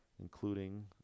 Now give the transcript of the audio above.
including